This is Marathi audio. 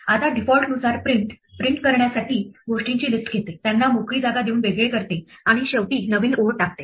आता डीफॉल्टनुसार प्रिंट प्रिंट करण्यासाठी गोष्टींची लिस्ट घेते त्यांना मोकळी जागा देऊन वेगळे करते आणि शेवटी नवीन ओळ टाकते